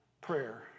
prayer